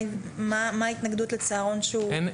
מה ההתנגדות לצהרון שהוא על ידי ארגון פרטי?